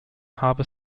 haber